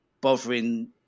bothering